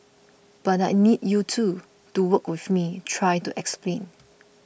but I need you too to work with me try to explain